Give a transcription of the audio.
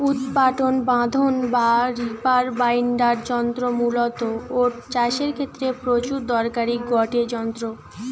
উৎপাটন বাঁধন বা রিপার বাইন্ডার যন্ত্র মূলতঃ ওট চাষের ক্ষেত্রে প্রচুর দরকারি গটে যন্ত্র